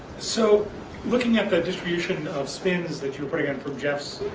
so looking at the distribution of spins that you bring in from jeff's,